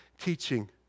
teaching